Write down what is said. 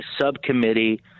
subcommittee